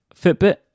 Fitbit